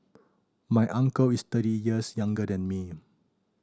my uncle is thirty years younger than me